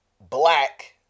black